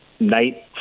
night